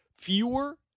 fewer